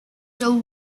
till